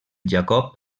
jacob